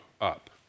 up